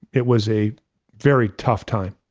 it was a very tough time.